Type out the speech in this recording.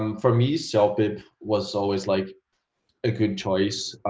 um for me, celpip was always like a good choice.